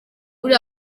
uri